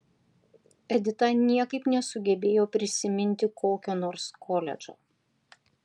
edita niekaip nesugebėjo prisiminti kokio nors koledžo